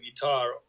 guitar